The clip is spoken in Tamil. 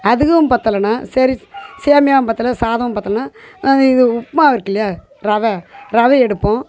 அதுக்கும் பற்றலனா சரி சேமியாவும் பற்றல சாதமும் பற்றலனா நாங்கள் இது உப்புமா இருக்கில்லையா ரவை ரவை எடுப்போம்